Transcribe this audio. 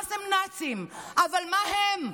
שחמאס הם נאצים, אבל מה הם?